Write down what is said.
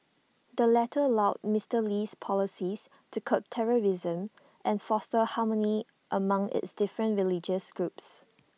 the latter lauded Mister Lee's policies to curb terrorism and foster harmony among its different religious groups